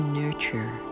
nurture